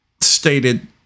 stated